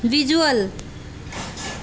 visual